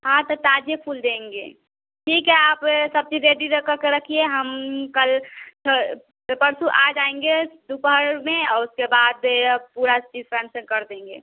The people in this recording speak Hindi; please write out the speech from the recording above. हाँ तो ताज़ा फूल देंगे ठीक है आप सब चीज़ रेडी रखकर के रखिए हम कल परसों आ जाएँगे दुपहर में और उसके बाद पूरा ठीक ढंग से कर देंगे